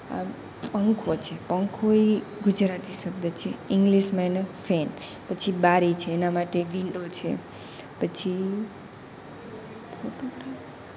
આ પંખો છે પંખો એ ગુજરાતી શબ્દ છે ઇંગ્લિશમાં એને ફેન પછી બારી છે એના માટે વિન્ડો છે પછી ફોટોગ્રાફ